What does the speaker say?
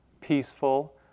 peaceful